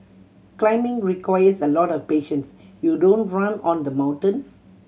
climbing requires a lot of patience you don't run on the mountain